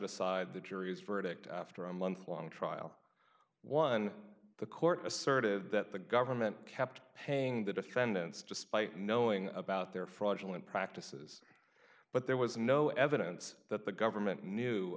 aside the jury's verdict after a month long trial one the court asserted that the government kept paying the defendants despite knowing about their fraudulent practices but there was no evidence that the government knew